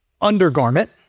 undergarment